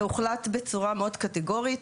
והוחלט בצורה מאוד קטגורית